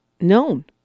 known